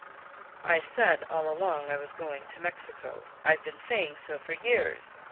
i said all along i was going to mexico i've been saying so for years!